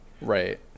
right